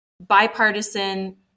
bipartisan